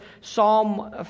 psalm